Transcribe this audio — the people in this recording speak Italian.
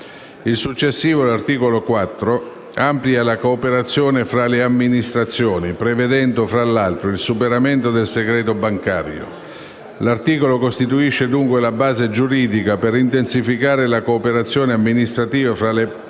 Il successivo articolo IV amplia la cooperazione fra le amministrazioni, prevedendo fra l'altro il superamento del segreto bancario. L'articolo costituisce dunque la base giuridica per intensificare la cooperazione amministrativa fra le Parti